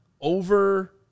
Over